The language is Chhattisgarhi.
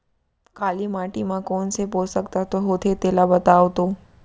काली माटी म कोन से पोसक तत्व होथे तेला बताओ तो?